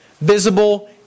visible